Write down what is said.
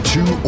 Two